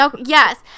Yes